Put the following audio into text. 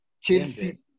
Chelsea